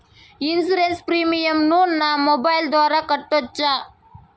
Insurance premium ను నా mobile ద్వారా కట్టొచ్చా?